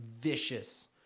vicious